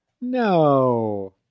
no